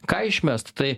ką išmest tai